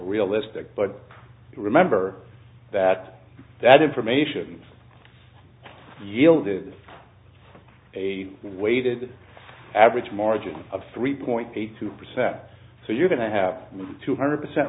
realistic but remember that that information yielded a weighted average margin of three point eight two percent so you're going to have two hundred percent